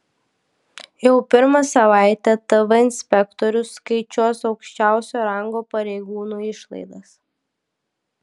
jau pirmą savaitę tv inspektorius skaičiuos aukščiausio rango pareigūnų išlaidas